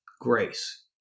grace